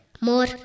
more